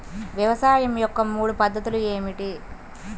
వ్యవసాయం యొక్క మూడు పద్ధతులు ఏమిటి?